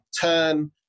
Turn